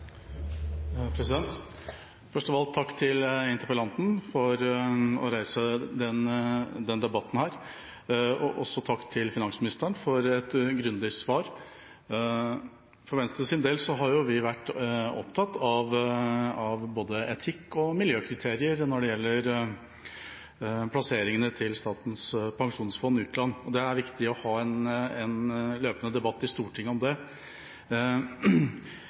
dag. Først av alt takk til interpellanten for å reise denne debatten. Takk også til finansministeren for et grundig svar. For Venstres del har vi vært opptatt av både etikk- og miljøkriterier når det gjelder plasseringene til Statens pensjonsfond utland, og det er viktig å ha en løpende debatt i Stortinget om det.